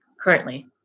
currently